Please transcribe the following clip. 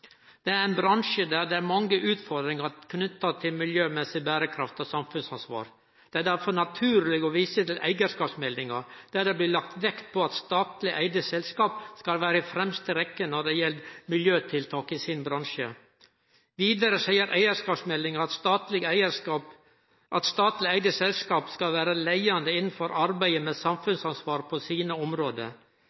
Det er ein bransje der det er mange utfordringar knytte til miljømessig berekraft og samfunnsansvar. Det er derfor naturleg å vise til eigarskapsmeldinga, der det blir lagt vekt på at statleg eigde selskap skal vere i fremste rekkje når det gjeld miljøtiltak i sin bransje. Vidare seier eigarskapsmeldinga at statleg eigde selskap skal vere leiande innanfor arbeidet med samfunnsansvar på sine område.